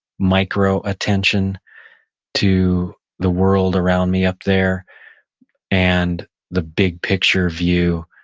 micro attention to the world around me up there and the big picture view,